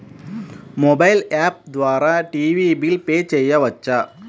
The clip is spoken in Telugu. మొబైల్ యాప్ ద్వారా టీవీ బిల్ పే చేయవచ్చా?